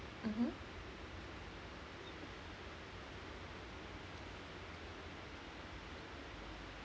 mmhmm